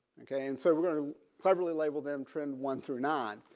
okay. and so we're going to cleverly label them trend one through nine.